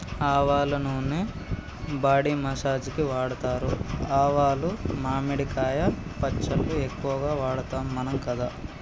ఆవల నూనె body massage కి వాడుతారు ఆవాలు మామిడికాయ పచ్చళ్ళ ఎక్కువ వాడుతాం మనం కదా